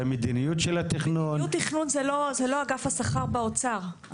את המדיניות של התכנון --- מדיניות תכנון זה לא אגף השכר באוצר,